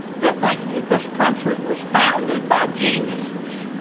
they're thinking this country was founded by geniuses,